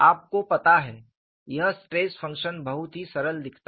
आपको पता है यह स्ट्रेस फंक्शन बहुत ही सरल दिखता है